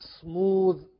smooth